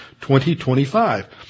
20.25